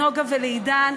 נוגה ועידן,